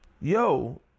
yo